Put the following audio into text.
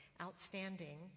outstanding